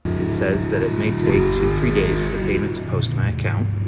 it says that it may take two to three days for the payment to post to my account,